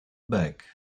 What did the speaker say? bek